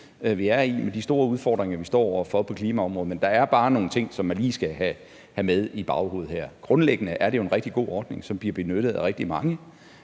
vi er i, med de store udfordringer, vi står over for på klimaområdet. Men der er bare nogle ting, som man lige skal have med i baghovedet her. Grundlæggende er det jo en rigtig god ordning, som bliver benyttet af rigtig mange.